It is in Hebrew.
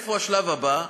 איפה השלב הבא?